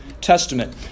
Testament